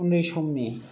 उन्दै समनि